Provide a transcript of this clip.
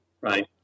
right